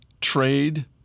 trade